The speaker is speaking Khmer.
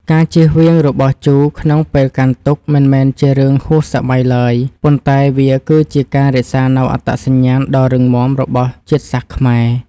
ការជៀសវាងរបស់ជូរក្នុងពេលកាន់ទុក្ខមិនមែនជារឿងហួសសម័យឡើយ ប៉ុន្តែ វាគឺជាការរក្សានូវអត្តសញ្ញាណដ៏រឹងមាំរបស់ជាតិសាសន៍ខ្មែរ។